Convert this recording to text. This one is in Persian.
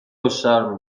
هشدار